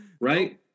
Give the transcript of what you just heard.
right